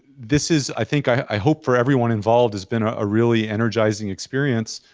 this is i think, i hope for everyone involved has been a really energizing experience.